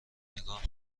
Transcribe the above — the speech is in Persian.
نگاه